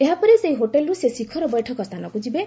ଏହାପରେ ସେହି ହୋଟେଲ୍ରୁ ସେ ଶିଖର ବୈଠକ ସ୍ଥାନକୁ ଯିବେ